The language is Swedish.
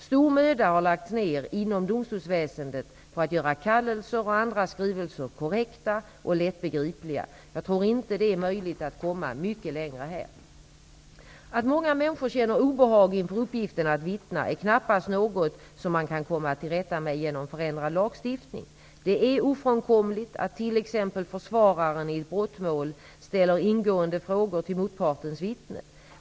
Stor möda har lagts ned inom domstolsväsendet på att göra kallelser och andra skrivelser korrekta och lättbegripliga. Jag tror inte att det är möjligt att komma mycket längre här. Att många människor känner obehag inför uppgiften att vittna är knappast något som man kan komma till rätta med genom förändrad lagstiftning. Det är ofrånkomligt att t.ex. försvararen i ett brottmål ställer ingående frågor till motpartens vittne.